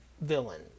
villain